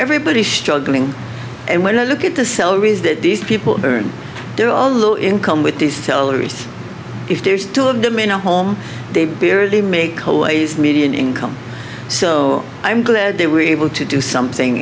everybody struggling and when i look at the seller is that these people earn their own little income with these tellers if there's two of them in a home they barely make oles median income so i'm glad they were able to do something